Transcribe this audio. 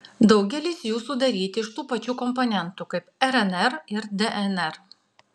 daugelis jų sudaryti iš tų pačių komponentų kaip rnr ir dnr